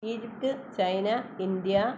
Egypt China India